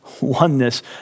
oneness